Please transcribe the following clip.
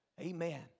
Amen